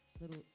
little